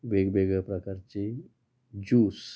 वेगवेगळ्या प्रकारचे ज्यूस